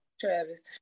Travis